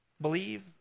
believe